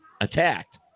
attacked